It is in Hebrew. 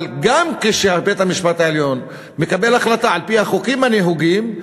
אבל גם כשבית-המשפט העליון מקבל החלטה על-פי החוקים הנהוגים,